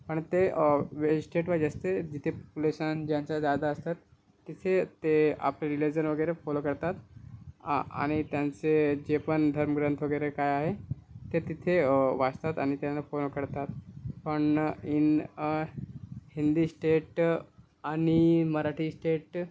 अण् ते वे श्टेटवाईज असते जिथे पोपुलेशन ज्यांचं जादा असतात तिथे ते आपले रिलेजन वगैरे फॉलो करतात आ आणि त्यांचे जे पण धर्मग्रंथ वगैरे काय आहे ते तिथे वाचतात आणि त्यांना फॉनो करतात पण इन हिन्दी श्टेटं आणि मराठी श्टेटं